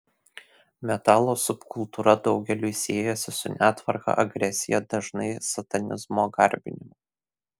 metalo subkultūra daugeliui siejasi su netvarka agresija dažnai satanizmo garbinimu